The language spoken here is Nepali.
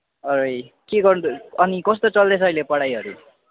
अरे के गर्दै अनि कस्तो चल्दैछ अहिले पढाइहरू